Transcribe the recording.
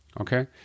Okay